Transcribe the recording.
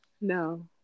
No